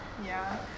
ya